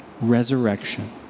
Resurrection